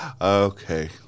Okay